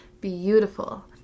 beautiful